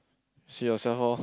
see yourself lor